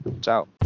Ciao